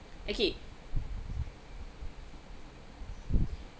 okay